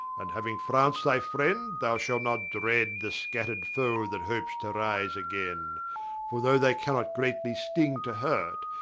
and hauing france thy friend, thou shalt not dread the scattred foe, that hopes to rise againe for though they cannot greatly sting to hurt,